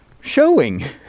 showing